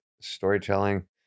storytelling